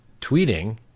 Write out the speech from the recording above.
tweeting